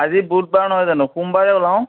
আজি বুধবাৰ নহয় জানো সোমবাৰে ওলাও